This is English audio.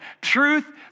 truth